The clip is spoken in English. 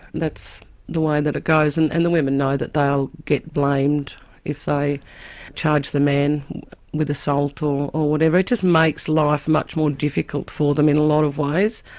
that's the way that it goes, and and the women know that they'll get blamed if they charge the man with assault or or whatever, it just makes life much more difficult for them in a lot of ways.